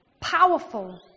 powerful